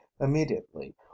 immediately